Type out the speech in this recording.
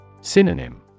Synonym